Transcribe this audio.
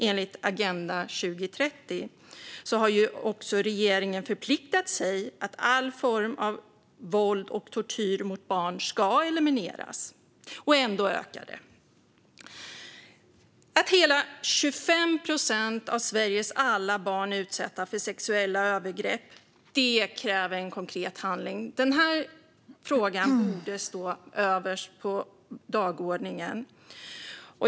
Enligt Agenda 2030 har regeringen också förpliktat sig att se till att all form av våld och tortyr mot barn ska elimineras, och ändå ökar det. Att hela 25 procent av Sveriges alla barn är utsatta för sexuella övergrepp kräver en konkret handling. Den här frågan borde stå överst på dagordningen.